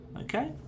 Okay